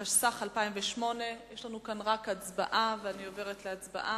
התשס"ח 2008. יש רק הצבעה ואני עוברת להצבעה.